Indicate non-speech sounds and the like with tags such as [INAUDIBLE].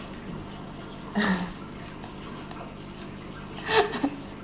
[LAUGHS]